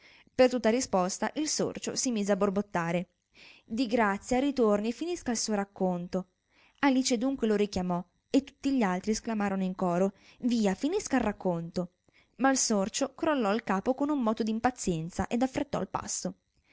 per tutta riposta il sorcio si mise a borbottare di grazia ritorni e finisca il suo racconto alice dunque lo richiamò e tutti gli altri sclamarono in coro via finisca il racconto ma il sorcio crollò il capo con un moto d'impazienza ed affrettò il passo